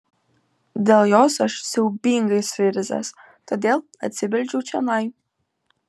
dėl jos aš siaubingai suirzęs todėl atsibeldžiau čionai